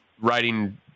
writing